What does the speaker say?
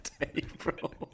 April